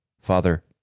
Father